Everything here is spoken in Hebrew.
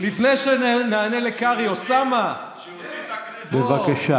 לפני שנענה לקרעי, בבקשה.